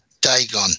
Dagon